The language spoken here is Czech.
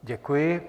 Děkuji.